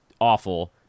awful